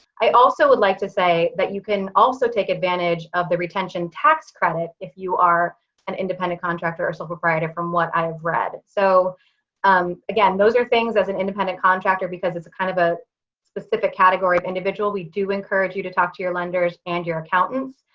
i also would like to say that you can also take advantage of the retention tax credit if you are an independent contractor or sole proprietor from what i've read. so um again, those are things as an independent contractor. because it's kind of a specific category of individual, we do encourage you to talk to your lenders and your accountants.